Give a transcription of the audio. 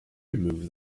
remove